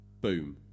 boom